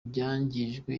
byangijwe